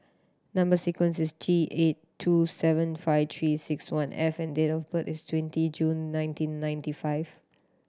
number sequence is T eight two seven five Three Six One F and date of birth is twenty June nineteen ninety five